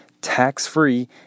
tax-free